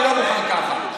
אני לא מוכן ככה.